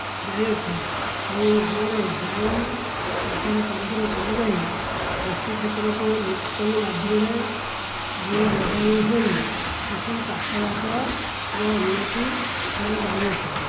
ଯାଇଅଛି ସେ ନାଳରେ ଡ୍ୟାମ ସରକାର ତରଫରୁ କରା ଯାଇ କୃଷି କ୍ଷେତ୍ରକୁ ଲିଫ୍ଟ ପଏଣ୍ଟ ମାଧ୍ୟମରେ ପାଣି ଲଗାଣ ହୋଇ ସେଠି ଚାଷବାଷରେ ଉନ୍ନତି କରା ଯାଉଅଛି